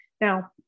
Now